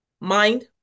mind